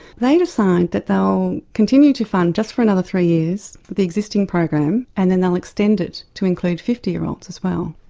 they decide that they'll continue to fund just for another three years, the existing program, and then they'll extend it to include fifty year olds as well.